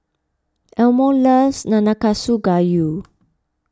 Elmo loves Nanakusa Gayu